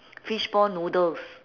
fishball noodles